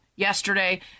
yesterday